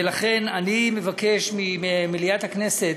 ולכן אני מבקש ממליאת הכנסת: